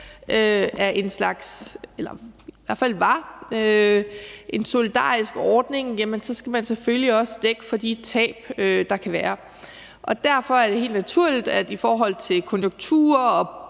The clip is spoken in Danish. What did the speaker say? er, eller i hvert fald var, en slags solidarisk ordning, skal man jo selvfølgelig også dække for de tab, der kan være. Derfor er det helt naturligt, at i forhold til konjunkturer, og